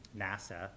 NASA